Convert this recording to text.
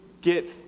get